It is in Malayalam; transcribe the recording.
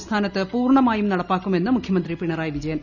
സംസ്ഥാനത്ത് പൂർണ്ണമായും നടപ്പിടുക്കുമെന്ന് മുഖ്യമന്ത്രി പിണറായി വിജയൻ